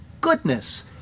goodness